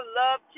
love